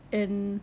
and